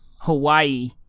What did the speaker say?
Hawaii